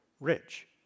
rich